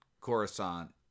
Coruscant